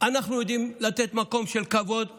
אנחנו יודעים לתת מקום של כבוד לשכול,